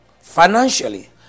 financially